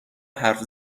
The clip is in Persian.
حرف